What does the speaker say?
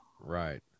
right